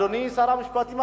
אדוני שר המשפטים,